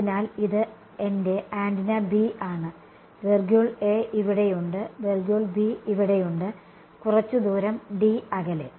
അതിനാൽ ഇത് എന്റെ ആന്റിന B ആണ് ഇവിടെയുണ്ട് ഇവിടെയുണ്ട് കുറച്ച് ദൂരം d അകലെ